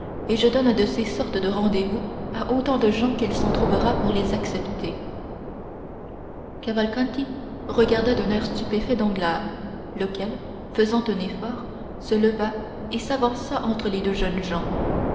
et je donne de ces sorties de rendez-vous à autant de gens qu'il s'en trouvera pour les accepter cavalcanti regarda d'un air stupéfait danglars lequel faisant un effort se leva et s'avança entre les deux jeunes gens